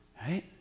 right